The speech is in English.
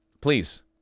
Please